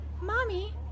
Mommy